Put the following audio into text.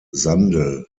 sandel